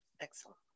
Excellent